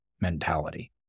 mentality